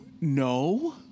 no